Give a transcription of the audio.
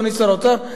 אדוני שר האוצר,